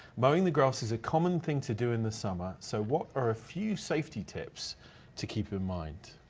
mowing the grass is a common thing to do in the summer so what are a few safety tips to keep in mind?